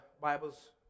Bibles